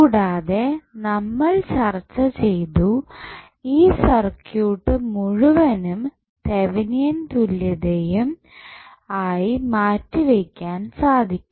കൂടാതെ നമ്മൾ ചർച്ച ചെയ്തു ഈ സർക്യൂട്ട് മുഴുവനും തെവനിയൻ തുല്യതയും ആയി മാറ്റിവയ്ക്കാൻ സാധിക്കും